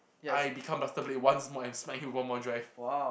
I become buster blade once more and smack him with one more drive